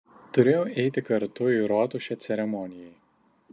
turėjau eiti kartu į rotušę ceremonijai